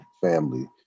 family